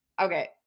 Okay